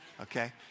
okay